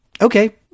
okay